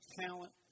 talent